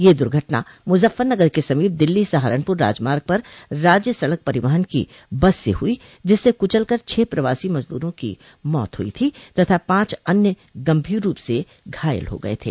यह दुर्घटना मुजफ्फरनगर के समीप दिल्ली सहारनपुर राजमार्ग पर राज्य सड़क परिवहन की बस से हुई जिससे कुचल कर छह प्रवासी मजदूरों की मौत हुई थी तथा पांच अन्य गंभीर रूप से घायल हो गये